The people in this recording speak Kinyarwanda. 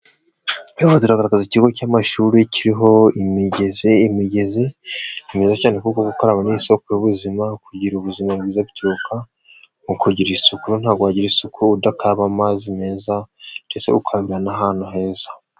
ziragaragaza ikigo cy'amashuri kiriho imigezi, imigezi ni myiza cyane kuko gukaraba ni isoko y'ubuzima, kugira ubuzima bwiza bituruka mu kugira isuku, ntabwo wagira isuku udakaraba amazi meza ndetse ukarabira ahantu heza.